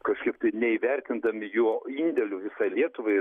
kažkaip tai neįvertindami jo indėlių visai lietuvai